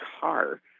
car